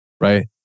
Right